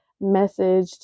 message